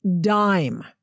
dime